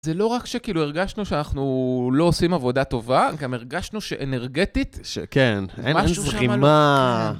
זה לא רק שכאילו הרגשנו שאנחנו לא עושים עבודה טובה, גם הרגשנו שאנרגטית... שכן, אין זרימה. משהו שם